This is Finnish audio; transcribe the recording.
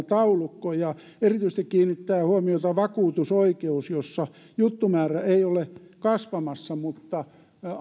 taulukko ja erityisesti kiinnittää huomiota vakuutusoikeus jossa juttumäärä ei ole kasvamassa mutta